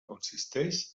consisteix